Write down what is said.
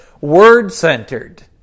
word-centered